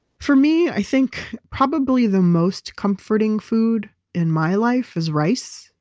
for me, i think probably the most comforting food in my life is rice.